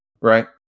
Right